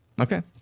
Okay